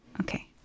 Okay